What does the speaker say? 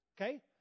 Okay